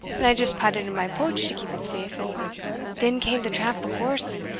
and i just pat it in my pouch to keep it safe and then came the tramp of horse,